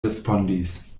respondis